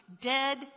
dead